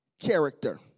character